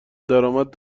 درآمد